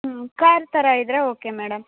ಹ್ಞೂ ಕಾರ್ ಥರ ಇದ್ದರೆ ಓಕೆ ಮೇಡಮ್